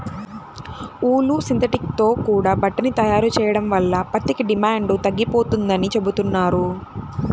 ఊలు, synthetic తో కూడా బట్టని తయారు చెయ్యడం వల్ల పత్తికి డిమాండు తగ్గిపోతందని చెబుతున్నారు